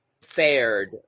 fared